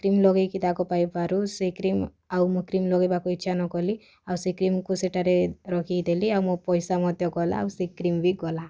cream ଲଗେଇକି ଦାଗ ପାଇବାରୁ ସେ କ୍ରିମ୍ ଆଉ ମୁଁ କ୍ରିମ୍ ଲଗେଇବାକୁ ଇଚ୍ଛା ନକଲି ଆଉ ସେ କ୍ରିମ୍କୁ ସେଠାରେ ରଖିଦେଲି ଆଉ ମୋ ପଇସା ମଧ୍ୟ ଗଲା ଆଉ ସେ କ୍ରିମ୍ ବି ଗଲା